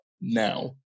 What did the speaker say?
now